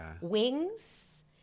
Wings